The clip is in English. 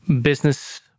business